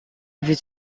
veux